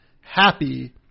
happy